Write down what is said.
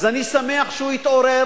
אז אני שמח שהוא התעורר.